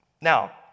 Now